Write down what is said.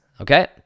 okay